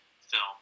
film